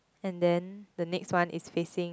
and then the next one is facing